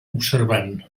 observant